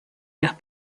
las